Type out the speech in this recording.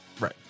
Right